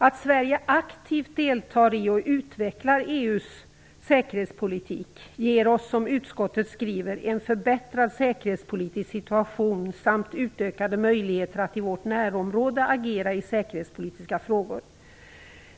Att Sverige aktivt deltar i och utvecklar EU:s säkerhetspolitik ger oss som utskottet skriver "en förbättrad säkerhetspolitisk situation samt utökade möjligheter att i vårt närområde agera i säkerhetspolitiska frågor".